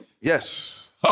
Yes